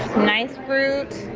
nice fruit.